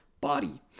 body